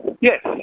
Yes